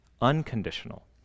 unconditional